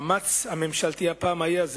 שהמאמץ הממשלתי הפעם היה,